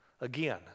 again